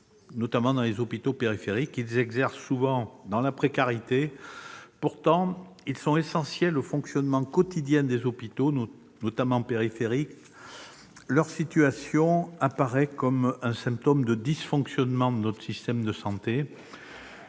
notamment dans les hôpitaux périphériques. S'ils exercent souvent dans la précarité, ils sont pourtant essentiels au fonctionnement quotidien de ces établissements. Leur situation apparaît comme un symptôme des dysfonctionnements de notre système de santé.